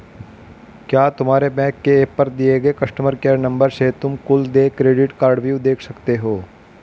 क्या तुम्हारे बैंक के एप पर दिए गए कस्टमर केयर नंबर से तुम कुल देय क्रेडिट कार्डव्यू देख सकते हो?